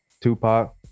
Tupac